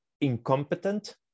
incompetent